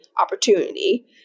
opportunity